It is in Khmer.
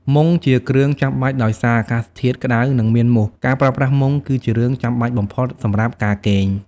មុងជាគ្រឿងចាំបាច់ ដោយសារអាកាសធាតុក្តៅ និងមានមូស ការប្រើប្រាស់ មុង គឺជាគ្រឿងចាំបាច់បំផុតសម្រាប់ការគេង។